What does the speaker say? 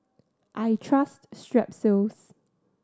I trust Strepsils